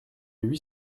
huit